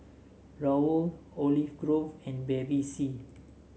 Raoul Olive Grove and Bevy C